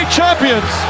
champions